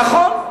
נכון.